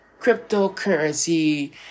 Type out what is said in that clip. cryptocurrency